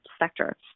sector